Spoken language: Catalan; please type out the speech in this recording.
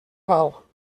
val